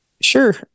Sure